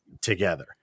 together